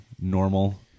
normal